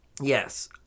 Yes